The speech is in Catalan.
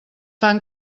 fan